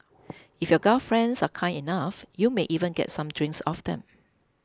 if your gal friends are kind enough you may even get some drinks off them